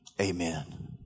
amen